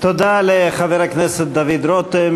תודה לחבר הכנסת דוד רותם,